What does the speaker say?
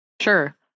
Sure